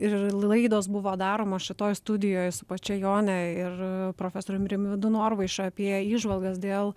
ir laidos buvo daromos šitoj studijoj su pačia jone ir profesorium rimvydu norvaiša apie įžvalgas dėl